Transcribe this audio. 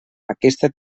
aquesta